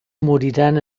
moriran